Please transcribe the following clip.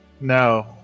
No